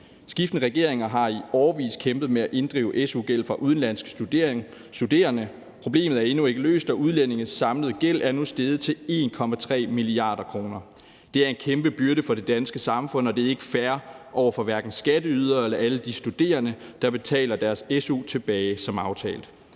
Skiftende regeringer har i årevis kæmpet med at inddrive su-gæld fra udenlandske studerende. Problemet er endnu ikke løst, og udlændinges samlede gæld er nu steget til 1,3 mia. kr. Det er en kæmpe byrde for det danske samfund, og det er ikke fair over for hverken skatteydere eller alle de studerende, der betaler deres su-gæld tilbage som aftalt.